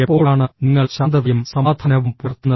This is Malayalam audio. എപ്പോഴാണ് നിങ്ങൾ ശാന്തതയും സമാധാനവും പുലർത്തുന്നത്